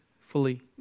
fully